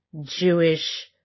Jewish